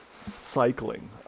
cycling